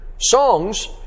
Songs